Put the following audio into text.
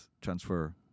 transfer